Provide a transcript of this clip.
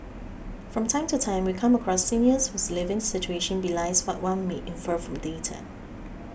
from time to time we come across seniors whose living situation belies what one may infer from data